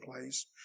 place